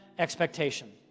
expectation